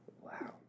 wow